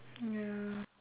ya